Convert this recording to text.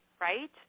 right